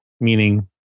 meaning